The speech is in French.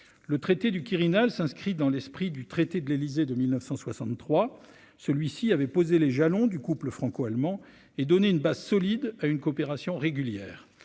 le traité du Quirinal s'inscrit dans l'esprit du traité de l'Élysée de 1963 celui-ci avait posé les jalons du couple franco-allemand et donner une base solide à une coopération régulière,